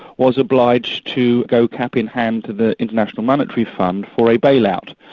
was obliged to go cap-in-hand to the international monetary fund for a bail-out,